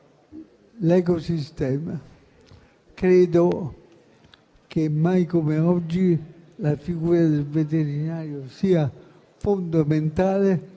l'ecosistema. Credo che mai come oggi la figura del veterinario sia fondamentale,